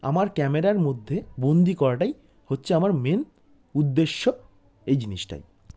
আমার ক্যামেরার মধ্যে বন্দি করাটাই হচ্ছে আমার মেন উদ্দেশ্য এই জিনিসটাই